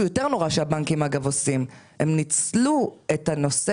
יותר נורא שהבנקים עושים - הם ניצלו את הנושא